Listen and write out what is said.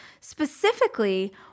specifically